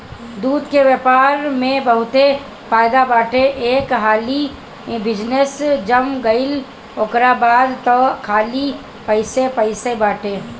दूध के व्यापार में बहुते फायदा बाटे एक हाली बिजनेस जम गईल ओकरा बाद तअ खाली पइसे पइसे बाटे